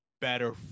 better